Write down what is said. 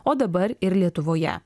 o dabar ir lietuvoje